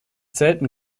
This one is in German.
selten